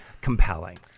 compelling